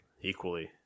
equally